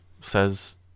says